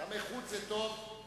גם איכות זה טוב,